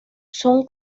son